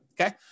Okay